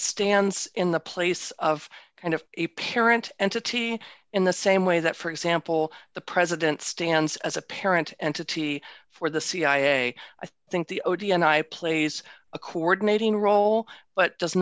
stands in the place of kind of a parent entity in the same way that for example the president stands as a parent entity for the cia i think the odeon i plays a coordinating role but